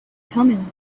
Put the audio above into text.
thummim